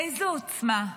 איזו עוצמה,